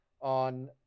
on